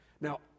Now